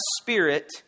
Spirit